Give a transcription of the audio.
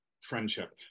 friendship